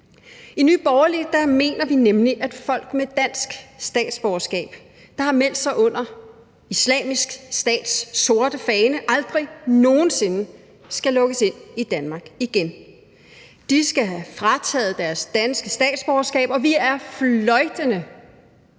I Nye Borgerlige mener vi nemlig, at folk med dansk statsborgerskab, der har meldt sig under Islamisk Stats sorte fane, aldrig nogen sinde skal lukkes ind i Danmark igen. De skal have frataget deres danske statsborgerskab, og vi er fløjtende